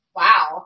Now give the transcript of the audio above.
wow